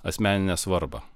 asmeninę svarbą